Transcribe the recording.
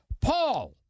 Paul